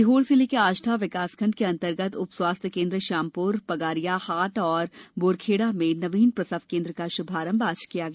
सीहोर जिले के आष्टा विकासखण्ड के अंतर्गत उप स्वास्थ्य केन्द्र श्यामपूर पगारिया हाट और बोरखेड़ा में नवीन प्रसव केन्द्र का शुभारम्भ आज किया गया